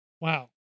Wow